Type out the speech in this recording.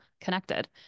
connected